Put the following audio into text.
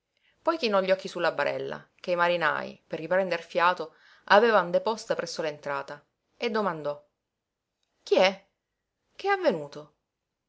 poi chinò gli occhi su la barella che i marinaj per riprender fiato avevano deposta presso l'entrata e domandò chi è che è avvenuto